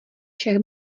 čech